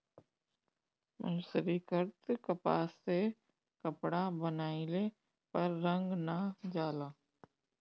मर्सरीकृत कपास से कपड़ा बनइले पर रंग ना जाला